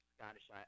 Scottish